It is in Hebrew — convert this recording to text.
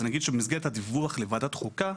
אני יכול להגיד שבמסגרת הדיווח לוועדת החוקה,